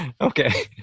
okay